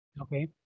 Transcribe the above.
Okay